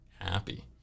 happy